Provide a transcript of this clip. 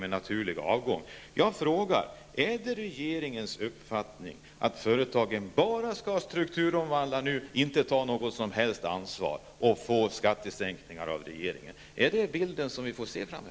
Jag vill därför ställa följande fråga: Är det regeringens uppfattning att företagen nu bara skall strukturomvandla och inte ta något som helst ansvar och dessutom få skattesänkningar av regeringen? Är det denna bild som vi kommer att få se framöver?